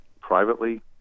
privately